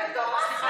זה מטורף.